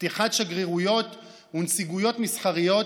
פתיחת שגרירויות ונציגויות מסחריות,